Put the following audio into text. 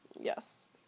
Yes